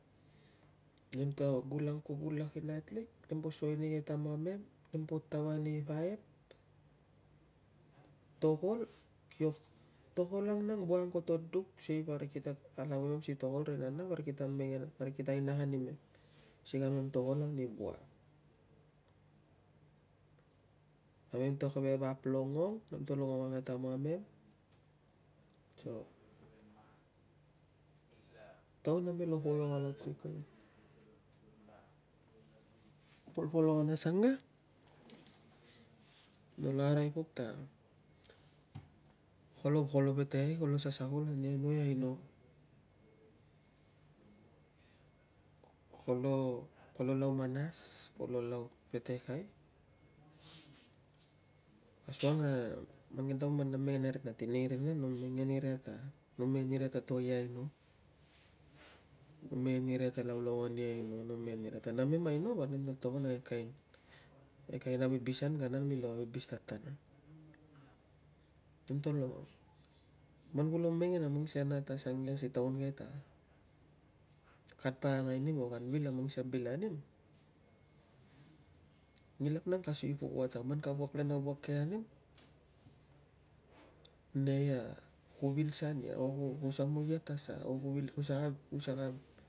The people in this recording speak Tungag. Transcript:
Nemto gulang kuvul lak i nat lik, nem to suai ni ke tamamem, nempo taua ni paip, tokol, tokol kio, tokol ang nang, vua ang koto duk sikei parik kita allow imem si tokol. Ri nana parik kita mengen, parik kita ainak animem si kamem tokol ani vua. Namem to ke vap longong, nem to longong a ke tamamem so, taun namelo polok alaba, polpolokan asange, nolo arai pok ta, kolo, kolo petekai, kolo sasakul ani anu i aino. Kolo, kolo lau manas, kolo lau petekai asuang a, mang ke taun man na mengen ari nat i nei rina, no mengen iria ta, no mengen iria ta to i aino. No mengen iria ta laulauan i aino, no mengen iria ta, namem aino parik nemta togon a ke kain, ke kain avibisan kana milo avibis ta tana. Nemto longong. Man kulo mengen a mang sikei a nat asange si taun ke ta, kan pakangai nim o kan vil a mang sikei a bil anim, nginlak nang ka sui pok ua ta man ka wuak a wuak ke anim, nei, a ku vil sa ania o ku samui ia ta sa or ku saka, ku saka